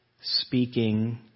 speaking